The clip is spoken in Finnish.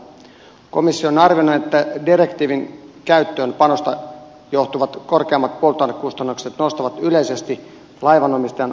komissio on arvioinut että direktiivin täytäntöönpanosta johtuvat korkeammat polttoainekustannukset nostavat yleisesti laivanomistajan kustannuksia